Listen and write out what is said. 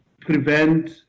prevent